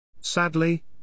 Sadly